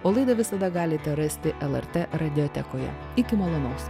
o laidą visada galite rasti lrt radiotekoje iki malonaus